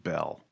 Bell